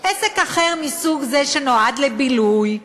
עסק אחר מסוג זה שנועד לבילוי,